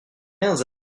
quinze